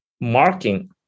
marking